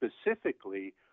specifically